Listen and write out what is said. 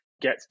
get